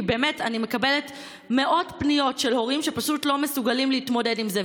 כי באמת אני מקבלת מאות פניות של הורים שלא מסוגלים להתמודד עם זה.